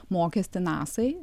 mokestį nasai